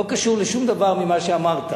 לא קשור לשום דבר ממה שאמרת.